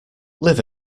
live